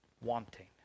wanting